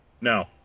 No